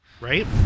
right